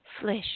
flesh